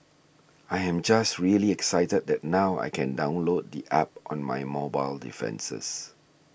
I am just really excited that now I can download the App on my mobile defences